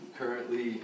currently